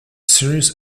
series